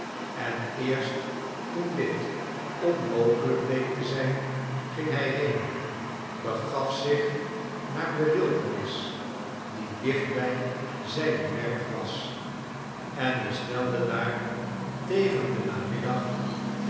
en eerst toen dit onmogelijk bleek te zjjn ging hij heen begaf zich naar de wildernis die dichtbij zijne werf was en bestelde daar tegen den namiddag